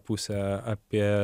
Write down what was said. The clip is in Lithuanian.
pusę apie